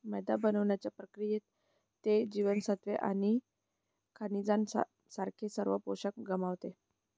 मैदा बनवण्याच्या प्रक्रियेत, ते जीवनसत्त्वे आणि खनिजांसारखे सर्व पोषक गमावते